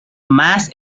mass